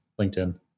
LinkedIn